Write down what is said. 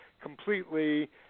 completely